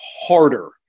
harder